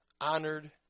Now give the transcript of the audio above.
Honored